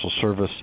service